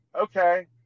okay